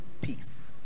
peace